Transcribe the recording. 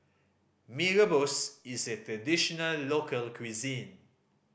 Mee Rebus is a traditional local cuisine